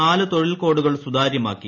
നാല് തൊഴിൽ കോഡുകൾ സുതാര്യമാക്കി